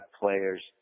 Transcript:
players